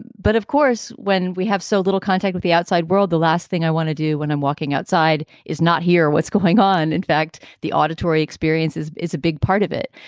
but of course, when we have so little contact with the outside world, the last thing i want to do when i'm walking outside is not hear what's going on. in fact, the auditory experiences is a big part of it.